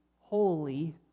Holy